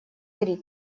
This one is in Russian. три